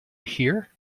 hear